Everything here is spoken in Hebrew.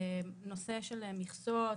נושא של מכסות,